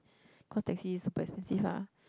cause taxi is super expensive ah